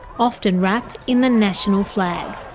often wrapped in the national flag.